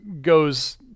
goes